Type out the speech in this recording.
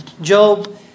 Job